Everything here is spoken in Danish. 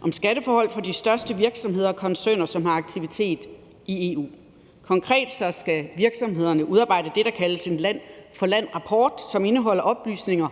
om skatteforhold for de største virksomheder og koncerner, som har aktivitet i EU. Konkret skal virksomhederne udarbejde det, der kaldes en land for land-rapport, som indeholder oplysninger